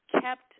kept